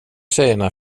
tjejerna